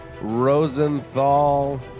Rosenthal